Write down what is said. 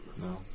No